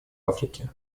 африке